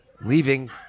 Leaving